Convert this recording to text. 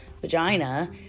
vagina